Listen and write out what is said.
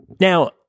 Now